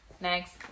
Next